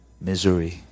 misery